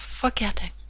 forgetting